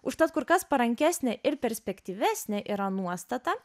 užtat kur kas parankesnė ir perspektyvesnė yra nuostata